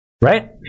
right